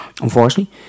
unfortunately